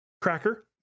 Cracker